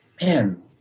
man